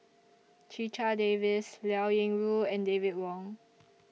Checha Davies Liao Yingru and David Wong